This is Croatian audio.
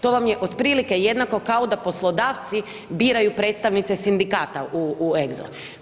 To vam je otprilike jednako kao da poslodavci biraju predstavnice sindikata u EGSO.